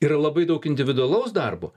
yra labai daug individualaus darbo